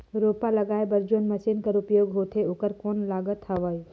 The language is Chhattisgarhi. रोपा लगाय बर जोन मशीन कर उपयोग होथे ओकर कौन लागत हवय?